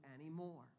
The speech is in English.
anymore